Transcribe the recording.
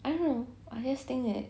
I don't know I just think that